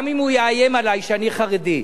גם אם הוא יאיים עלי שאני חרדי.